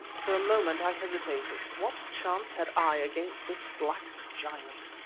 for a moment i hesitated. what chance had i against this black giant?